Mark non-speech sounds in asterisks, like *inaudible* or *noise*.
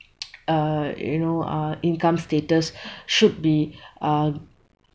*noise* uh you know uh income status should be uh